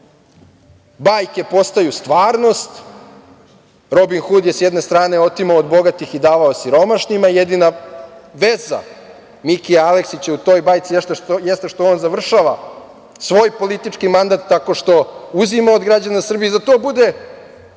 bajke postaju stvarnost, Robin Hud je s jedne strane otimao od bogatih i davao siromašnima. Jedina veza Mike Aleksića u toj bajci jeste što on završava svoj politički mandat tako što uzima od građana Srbije i za to bude